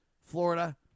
Florida